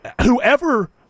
whoever